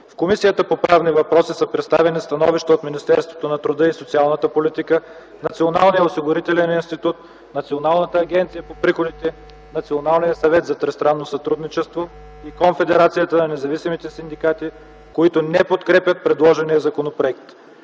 В Комисията по правни въпроси са представени становища от Министерството на труда и социалната политика, Националния осигурителен институт, Националната агенция за приходите, Националния съвет за тристранно сътрудничество и Конфедерацията на независимите синдикати, които не подкрепят предложения законопроект.